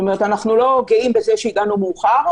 זאת אומרת אנחנו לא גאים בכך שהגענו מאוחר,